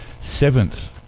seventh